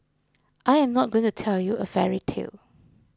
I am not going to tell you a fairy tale